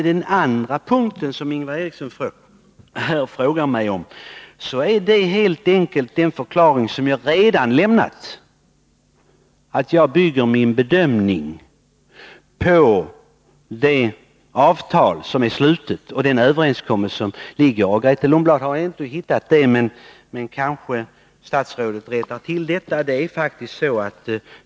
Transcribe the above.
På den andra punkten där Ingvar Eriksson ställde en fråga till mig är min förklaring helt enkelt att jag bygger min bedömning på det avtal som slutits och föreliggande överenskommelse. Grethe Lundblad har inte hittat den uppgiften, men statsrådet kan kanske hjälpa henne till rätta.